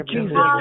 Jesus